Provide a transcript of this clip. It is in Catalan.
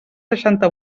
seixanta